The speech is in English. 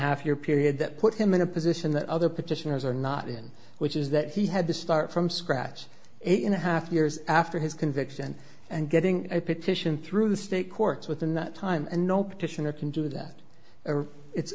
half year period that put him in a position that other petitioners are not in which is that he had to start from scratch in a half years after his conviction and getting a petition through the state courts within that time and no petitioner can do that it's